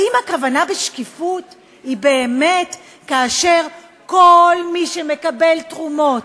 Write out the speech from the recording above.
האם הכוונה בשקיפות היא באמת כאשר כל מי שמקבל תרומות,